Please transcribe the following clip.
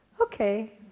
okay